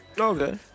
Okay